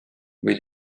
või